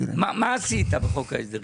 מה עשית בחוק ההסדרים?